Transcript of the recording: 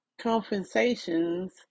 compensations